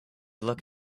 look